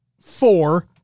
four